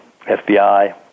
FBI